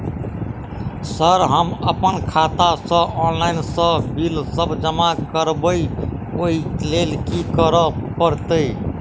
Sir हम अप्पन खाता सऽ ऑनलाइन सऽ बिल सब जमा करबैई ओई लैल की करऽ परतै?